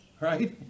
Right